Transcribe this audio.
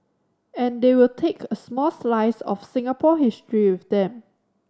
and they will take a small slice of Singapore history with them